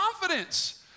confidence